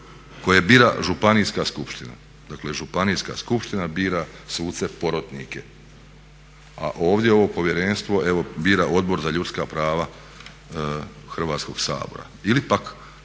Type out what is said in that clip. koje bira Županijska skupština, dakle Županijska skupština bira suce porotnike. A ovdje ovo povjerenstvo evo bira Odbor za ljudska prava Hrvatskog sabora